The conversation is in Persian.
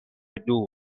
دور